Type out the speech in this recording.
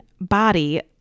body